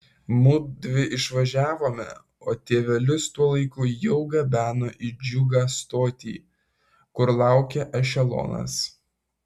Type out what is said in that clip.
mudvi išvažiavome o tėvelius tuo laiku jau gabeno į džiugą stotį kur laukė ešelonas